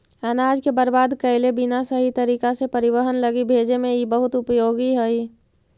अनाज के बर्बाद कैले बिना सही तरीका से परिवहन लगी भेजे में इ बहुत उपयोगी हई